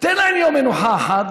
תן להם יום מנוחה אחד.